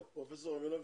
פרופ' רבינוביץ',